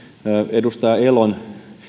edustaja elon